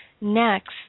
next